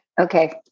Okay